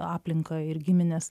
aplinką ir gimines